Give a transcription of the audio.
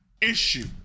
issue